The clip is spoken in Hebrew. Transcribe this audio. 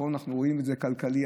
ופה אנחנו רואים את זה כלכלית,